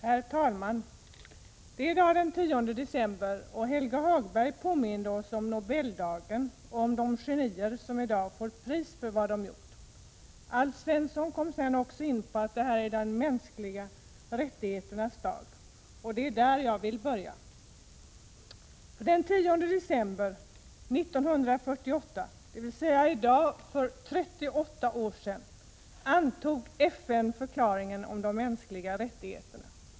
Herr talman! Det är i dag den 10 december och Helge Hagberg påminde oss om Nobeldagen och om de genier som i dag får pris för vad de gjort. Alf Svensson kom sedan in på att det också är de mänskliga rättigheternas dag, och det är där jag vill börja. Den 10 december 1948, dvs. i dag för 38 år sedan, antog FN förklaringen om de mänskliga rättigheterna.